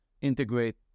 integrate